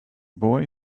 boy